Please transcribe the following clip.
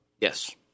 yes